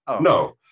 No